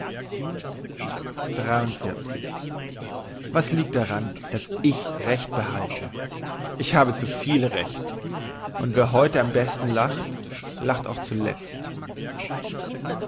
was liegt daran das ich recht behalte ich habe zu viel recht und wer heute am besten lacht lacht auch zuletzt